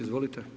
Izvolite.